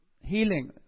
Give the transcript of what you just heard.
healing